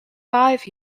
five